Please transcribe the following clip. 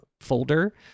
folder